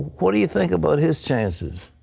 what do you think about his chances?